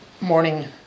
morning